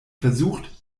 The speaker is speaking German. versucht